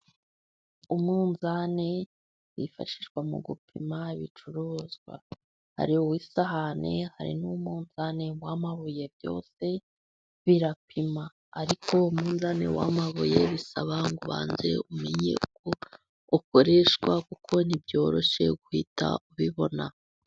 Umunzani wifashishwa mu gupima ibicuruzwa. Ari uw' isahane ari n'umunzani w 'amabuye byose birapima, ariko umunzani w'amabuye bisaba ngo ubanze umenye uko ukoreshwa kuko ntibyoroshye guhita ubibona.